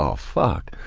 ah fuck!